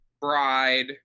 Bride